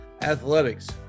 athletics